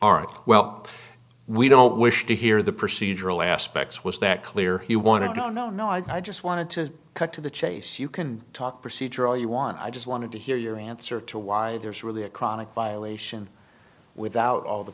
arik well we don't wish to hear the procedural aspects was that clear he wanted no no no i just wanted to cut to the chase you can talk procedure all you want i just wanted to hear your answer to why there's really a chronic violation without all the